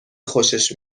خوشش